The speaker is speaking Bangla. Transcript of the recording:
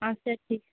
আচ্ছা ঠিক